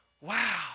Wow